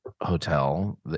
hotel